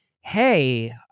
hey